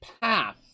path